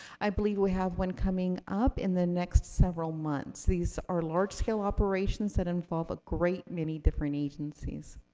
i believe we have one coming up in the next several months. these are large-scale operations that involve a great many different agencies.